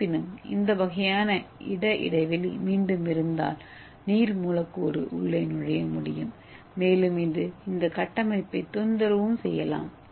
இருப்பினும் இந்த வகையான இட இடைவெளி மீண்டும் இருந்தால் நீர் மூலக்கூறு உள்ளே நுழைய முடியும் மேலும் இது இந்த கட்டமைப்பைத் தொந்தரவு செய்யலாம்